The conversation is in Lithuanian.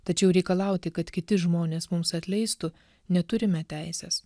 tačiau reikalauti kad kiti žmonės mums atleistų neturime teisės